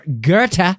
Goethe